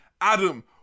Adam